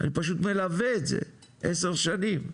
אני פשוט מלווה את זה עשר שנים,